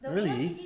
really